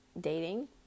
dating